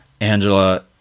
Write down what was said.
angela